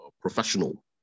professional